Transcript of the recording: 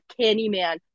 Candyman